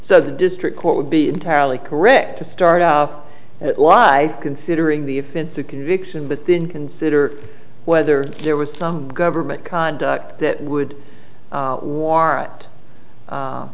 so the district court would be entirely correct to start out at lie considering the offense a conviction but then consider whether there was some government conduct that would